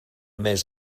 més